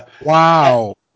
Wow